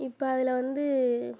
இப்போ அதில் வந்து